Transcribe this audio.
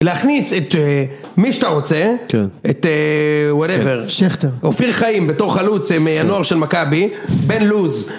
להכניס את מי שאתה רוצה. כן. את... וואטאבר. שכטר. אופיר חיים בתוך הלוץ עם הנוער של מכבי. בן לוז.